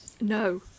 No